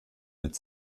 mit